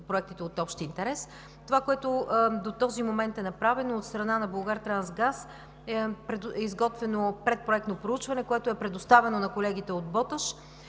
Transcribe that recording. проектите от общ интерес. Това, което до този момент е направено от страна на „Булгартрансгаз“ – изготвено е предпроектно проучване, което е предоставено на колегите от „Боташ“